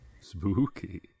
Spooky